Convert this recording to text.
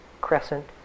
crescent